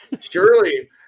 Surely